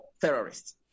terrorists